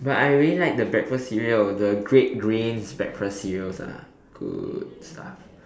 but I really like the breakfast cereal the great grains breakfast cereals are good stuff